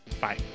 Bye